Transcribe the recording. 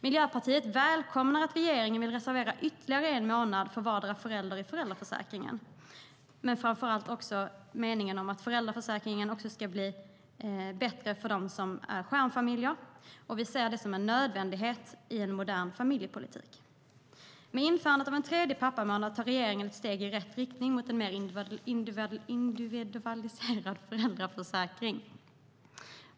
Miljöpartiet välkomnar att regeringen vill reservera ytterligare en månad för vardera föräldern i föräldraförsäkringen. Att föräldraförsäkringen ska bli bättre också för stjärnfamiljer ser vi som en nödvändighet i en modern familjepolitik. Med införandet av en tredje pappamånad tar regeringen ett steg i rätt riktning mot en mer individualiserad föräldraförsäkring.